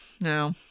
no